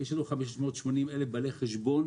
יש לנו 580,000 בעלי חשבון.